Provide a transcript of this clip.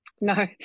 No